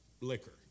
liquor